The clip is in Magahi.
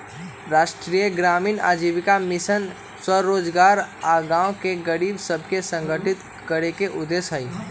राष्ट्रीय ग्रामीण आजीविका मिशन स्वरोजगार आऽ गांव के गरीब सभके संगठित करेके उद्देश्य हइ